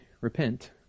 repent